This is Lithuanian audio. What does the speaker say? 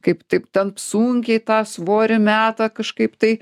kaip taip ten sunkiai tą svorį meta kažkaip tai